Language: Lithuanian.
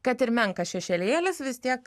kad ir menkas šešėlėlis vis tiek